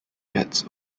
gets